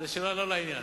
זו שאלה לא לעניין.